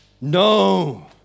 no